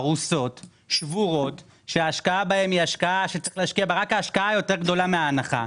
הרוסות, שבורות שרק ההשקעה בהן יותר גדולה מההנחה.